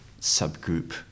subgroup